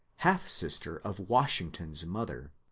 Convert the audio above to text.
half-sister of washington's mother.